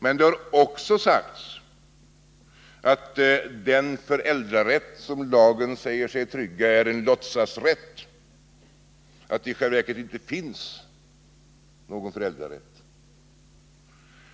Men det har också sagts att den föräldrarätt som lagen säger sig trygga är en låtsasrätt, att det i själva verket inte finns någon föräldrarätt.